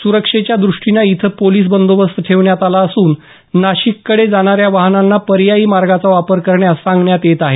सुरक्षेच्या दृष्टीनं इथं पोलीस बंदोबस्त ठेवण्यात आला असून नाशिककडे जाणाऱ्या वाहनांना पर्यायी मार्गाचा वापर करण्यास सांगण्यात येत आहे